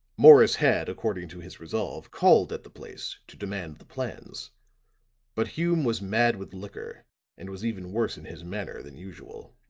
morris had, according to his resolve, called at the place to demand the plans but hume was mad with liquor and was even worse in his manner than usual.